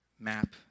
Map